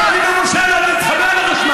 20% וכבדואי אי-אפשר, אני לא מורשה להתחבר לחשמל?